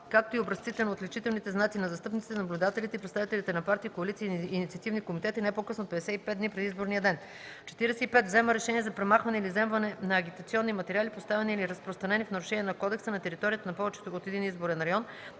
както и образците на отличителните знаци на застъпниците, наблюдателите и представителите на партии, коалиции и инициативни комитети не по-късно от 55 дни преди изборния ден; 45. взема решение за премахване или изземване на агитационни материали, поставени или разпространени в нарушение на кодекса на територията на повече от един изборен район